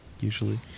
usually